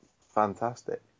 fantastic